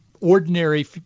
ordinary